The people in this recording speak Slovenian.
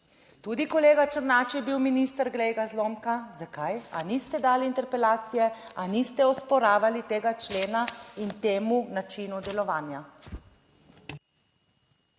Tudi kolega Černač je bil minister, glej ga zlomka, zakaj, ali niste dali interpelacije ali niste osporavali tega člena in temu načinu delovanja.